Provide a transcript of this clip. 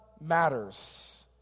matters